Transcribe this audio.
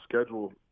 schedule